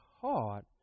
heart